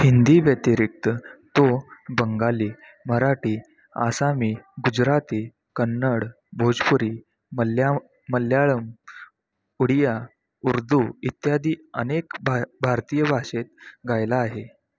हिंदीव्यतिरिक्त तो बंगाली मराठी आसामी गुजराती कन्नड भोजपुरी मल्या मल्याळम उडिया उर्दू इत्यादी अनेक भा भारतीय भाषेत गायला आहे